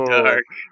dark